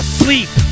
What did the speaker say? sleep